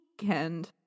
weekend